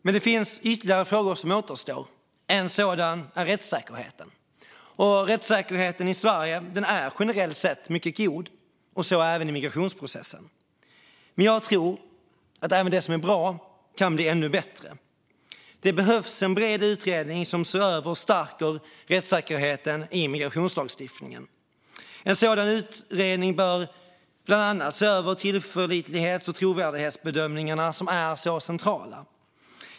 Men det finns ytterligare frågor som återstår. En sådan är rättssäkerheten. Rättssäkerheten i Sverige är generellt sett mycket god, så även i migrationsprocessen. Jag tror dock att även det som är bra kan bli ännu bättre. Det behövs en bred utredning som ser över och stärker rättssäkerheten i migrationslagstiftningen. En sådan utredning bör bland annat se över tillförlitlighets och trovärdighetsbedömningarna, som är centrala.